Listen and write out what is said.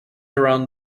around